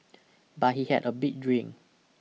but he had a big dream